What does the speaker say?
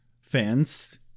fans